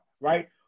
right